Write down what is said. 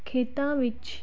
ਖੇਤਾਂ ਵਿੱਚ